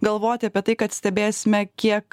galvoti apie tai kad stebėsime kiek